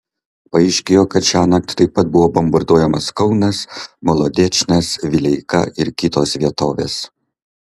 paaiškėjo kad šiąnakt taip pat buvo bombarduojamas kaunas molodečnas vileika ir kitos vietovės